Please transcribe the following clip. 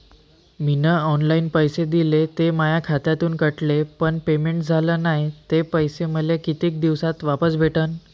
मीन online पैसे दिले, ते माया खात्यातून कटले, पण पेमेंट झाल नायं, ते पैसे मले कितीक दिवसात वापस भेटन?